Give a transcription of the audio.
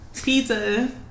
pizza